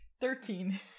Thirteen